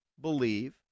believe